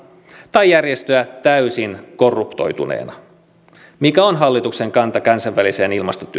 tai järjestöä täysin korruptoituneena mikä on hallituksen kanta kansainväliseen ilmastotyöhön